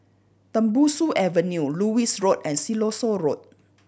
Tembusu Avenue Lewis Road and Siloso Road